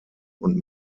und